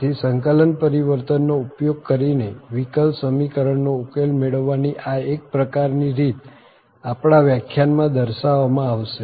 આથી સંકલન પરિવર્તનનો ઉપયોગ કરી ને વિકલ સમીકરણ નો ઉકેલ મેળવવા ની આ એક પ્રકાર ની રીત આપણા વ્યાખ્યાનમાં દર્શાવવામાં આવશે